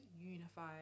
unified